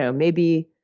so maybe